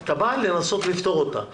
אתה בא לנסות לפתור אותה.